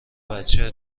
بچه